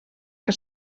que